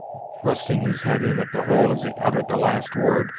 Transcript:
thrusting his head in at the hole as he uttered the last word,